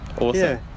awesome